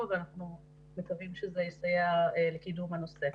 ואנחנו מקווים שזה יסייע בקידום הנושא.